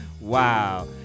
Wow